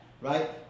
right